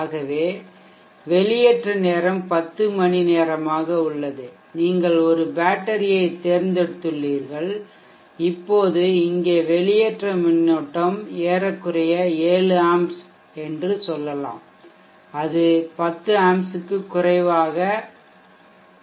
ஆகவே வெளியேற்ற நேரம் 10 மணிநேரமாக உள்ளது நீங்கள் ஒரு பேட்டரியைத் தேர்ந்தெடுத்துள்ளீர்கள் இப்போது இங்கே வெளியேற்ற மின்னோட்டம் ஏறக்குறைய 7A என்று சொல்லலாம் அது 10A ஆக இருப்பதில்லை